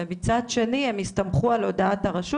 ומצד שני הם הסתמכו על הודעת הרשות